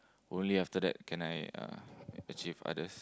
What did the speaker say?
only after that can I uh achieve others